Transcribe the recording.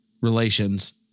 relations